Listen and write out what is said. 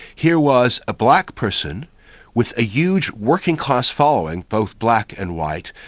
here was a black person with a huge working-class following, both black and white,